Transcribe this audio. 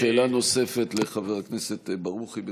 שאלה נוספת לחבר הכנסת ברוכי.